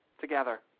together